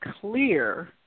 clear